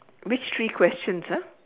which three questions ah